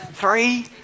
Three